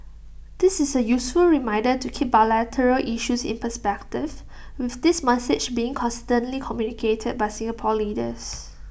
this is A useful reminder to keep bilateral issues in perspective with this message being consistently communicated by Singapore leaders